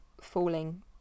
falling